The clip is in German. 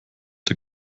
der